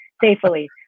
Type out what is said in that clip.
safely